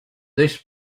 this